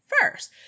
first